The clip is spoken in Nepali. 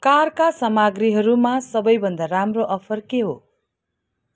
कारका सामग्रीहरूमा सबैभन्दा राम्रो अफर के हो